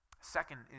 Second